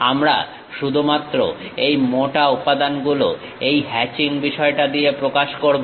আমরা শুধুমাত্র এই মোটা উপাদানগুলো এই হ্যাচিং বিষয়টা দিয়ে প্রকাশ করবো